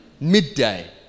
midday